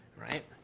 right